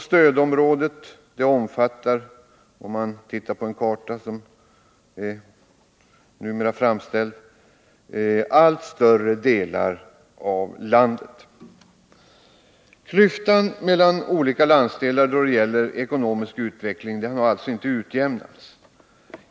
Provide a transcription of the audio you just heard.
Stödområdet omfattar, som framgår av en nyligen framställd karta, allt större delar av landet. Klyftan mellan olika landsdelar då det gäller ekonomisk utveckling har alltså inte utjämnats.